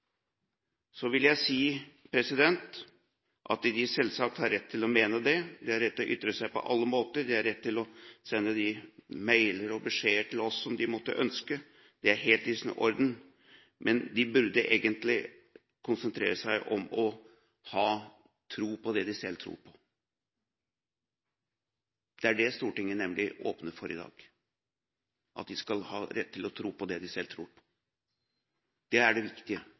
Selvsagt har de rett til å mene det – de har rett til å ytre seg på alle måter, de har rett til å sende de mailer og beskjeder til oss som de måtte ønske, det er helt i sin orden – men de burde egentlig konsentrere seg om å ha tro på det de selv tror på. Det er nemlig det Stortinget åpner for i dag – at de skal ha rett til å tro på det de selv tror på. Det er den viktige